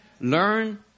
Learn